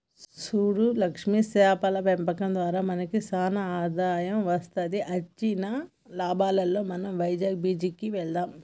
సూడు లక్ష్మి సేపల పెంపకం దారా మనకి సానా ఆదాయం వస్తది అచ్చిన లాభాలలో మనం వైజాగ్ బీచ్ కి వెళ్దాం